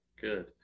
good